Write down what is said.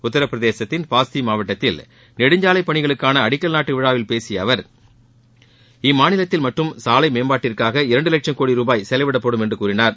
உத்தரப் பிரதேசத்தின் பாஸ்தி மாவட்டத்தில் நெடுஞ்சாலை பணிகளுக்கான அடிக்கல் நாட்டுவிழாவில் பேசிய அவர் இம்மாநிலத்தில் மட்டும் சாலை மேம்பாட்டிற்காக இரண்டு லட்சும் கோடி ரூபாய் செலவிடப்படும் என்று கூறினார்